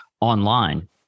online